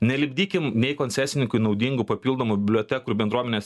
nelipdykim nei koncesininkui naudingų papildomų bibliotekų ir bendruomenės